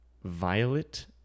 Violet